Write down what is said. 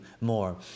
more